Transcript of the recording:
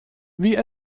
wie